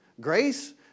Grace